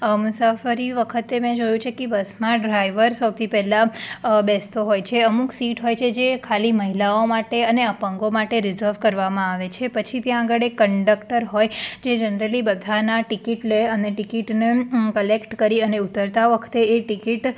મુસાફરી વખતે મેં જોયું છે કે બસમાં ડ્રાઈવર સૌથી પહેલાં બેસતો હોય છે અમુક સીટ હોય છે જે ખાલી મહિલાઓ માટે અને અપંગો માટે રિઝર્વ કરવામાં આવે છે પછી ત્યાં આગળ એક કંન્ડક્ટર હોય જે જનરલી બધાના ટિકિટ લે અને ટિકિટને કલેક્ટ કરી અને ઉતરતા વખતે એ ટિકિટ